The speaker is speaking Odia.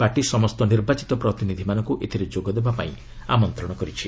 ପାର୍ଟି ସମସ୍ତ ନିର୍ବାଚିତ ପ୍ରତିନିଧିମାନଙ୍କୁ ଏଥିରେ ଯୋଗଦେବା ପାଇଁ ଆମନ୍ତ୍ରଣ ଜଣାଇଛି